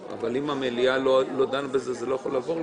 מגונה כמו כל רצח אבל עם קצת תשומת לב דרמטית יותר של חברי